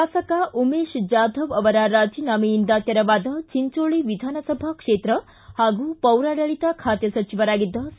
ಶಾಸಕ ಉಮೇತ ಜಾಧವ್ ಅವರ ರಾಜೀನಾಮೆಯಿಂದ ತೆರವಾದ ಚಿಂಚೋಳಿ ವಿಧಾನಸಭಾ ಕ್ಷೇತ್ರ ಹಾಗೂ ಪೌರಾಡಳಿತ ಬಾತೆ ಸಚಿವರಾಗಿದ್ದ ಸಿ